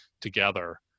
together